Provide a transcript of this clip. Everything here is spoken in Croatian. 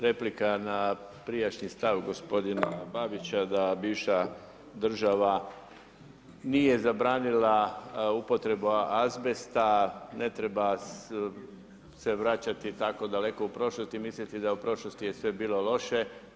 Replika na prijašnji stav gospodina Babića da bivša država nije zabranila upotrebu azbesta ne treba se vraćati tako daleko u prošlost i misliti da u prošlosti je sve bilo loše.